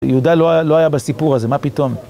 יהודה לא היה בסיפור הזה, מה פתאום?